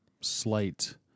slight